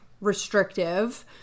restrictive